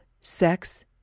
sex